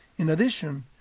in addition,